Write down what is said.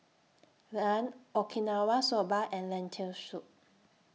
Naan Okinawa Soba and Lentil Soup